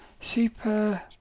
super